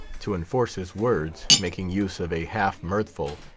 to enforce his words making use of a half-mirthful,